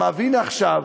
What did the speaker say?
והנה, עכשיו,